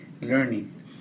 learning